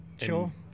Sure